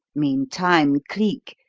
meantime cleek,